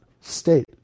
state